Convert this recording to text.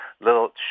little